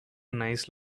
nice